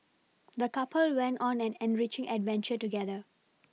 the couple went on an enriching adventure together